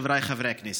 חבריי חברי הכנסת,